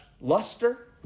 luster